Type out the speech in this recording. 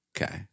Okay